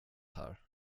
här